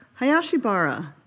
Hayashibara